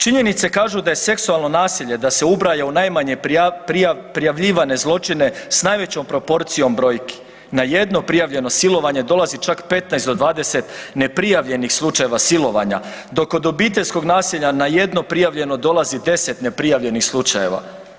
Činjenice kažu da je seksualno nasilje da se ubraja u najmanje prijavljivane zločine s najvećom proporcijom brojki, na jedno prijavljeno silovanje dolazi čak 15 do 20 neprijavljenih slučajeva silovanja, dok kod obiteljskog nasilja na jedno prijavljeno dolazi 10 neprijavljenih slučajeva.